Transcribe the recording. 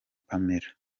pamela